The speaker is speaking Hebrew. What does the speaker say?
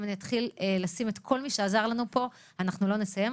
אם אתחיל לציין את כל מי שעזר לנו פה אנחנו לא נסיים,